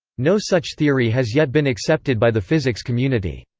no such theory has yet been accepted by the physics community.